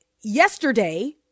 yesterday